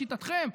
לשיטתכם.